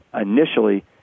initially